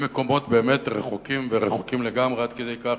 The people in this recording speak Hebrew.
למקומות באמת רחוקים ורחוקים לגמרי, עד כדי כך